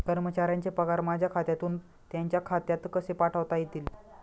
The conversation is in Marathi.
कर्मचाऱ्यांचे पगार माझ्या खात्यातून त्यांच्या खात्यात कसे पाठवता येतील?